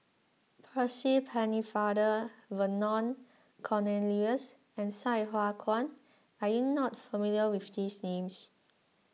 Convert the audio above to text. Percy Pennefather Vernon Cornelius and Sai Hua Kuan are you not familiar with these names